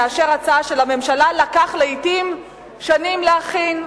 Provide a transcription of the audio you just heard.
נאשר הצעה שלממשלה לקח לעתים שנים להכין?